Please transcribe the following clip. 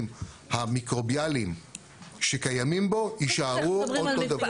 המיקרוביאליים שקיימים בו יישארו אותו דבר.